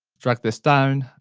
drag this down,